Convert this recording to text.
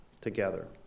together